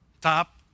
top